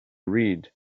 read